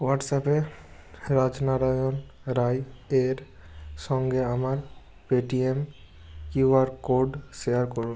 হোয়াটসঅ্যাপে রাজ নারায়ণ রায় এর সঙ্গে আমার পেটিএম কিউআর কোড শেয়ার করুন